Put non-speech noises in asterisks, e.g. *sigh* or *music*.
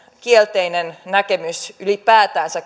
kielteinen näkemys ylipäätänsä *unintelligible*